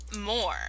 more